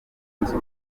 zunze